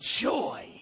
joy